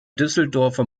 düsseldorfer